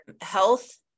health